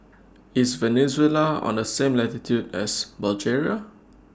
IS Venezuela on The same latitude as Bulgaria